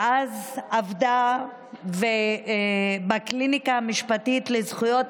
שאז עבדה בקליניקה המשפטית לזכויות